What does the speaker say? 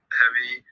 heavy